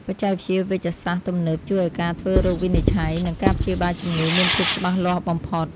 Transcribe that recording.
បច្ចេកវិទ្យាវេជ្ជសាស្ត្រទំនើបជួយឱ្យការធ្វើរោគវិនិច្ឆ័យ និងការព្យាបាលជំងឺមានភាពច្បាស់លាស់បំផុត។